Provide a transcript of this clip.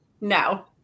No